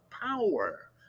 power